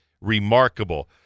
remarkable